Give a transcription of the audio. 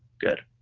good.